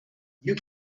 you